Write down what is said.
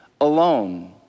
alone